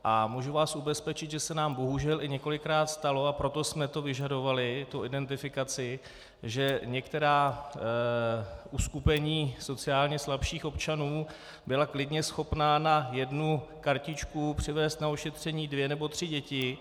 A můžu vás ubezpečit, že se nám bohužel i několikrát stalo, a proto jsme to vyžadovali, tu identifikaci, že některá uskupení sociálně slabších občanů byla klidně schopná na jednu kartičku přivést na ošetření dvě nebo tři děti.